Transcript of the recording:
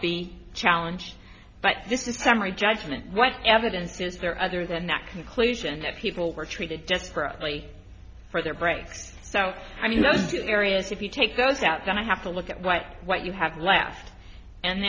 feet challenge but this is a summary judgment what evidence is there other than that conclusion that people were treated desperately for their breaks so i mean the areas if you take those out then i have to look at what what you have left and